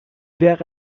wäre